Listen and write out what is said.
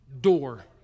door